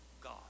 God